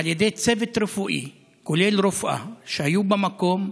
על ידי צוות רפואי, כולל רופאה, שהיו במקום,